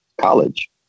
College